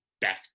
back